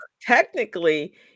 Technically